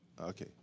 Okay